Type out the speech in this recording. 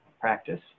practice